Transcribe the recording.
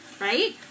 right